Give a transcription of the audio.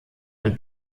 und